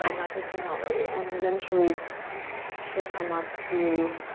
and not to sing already. and eventually we'll come up to